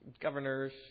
governors